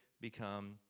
become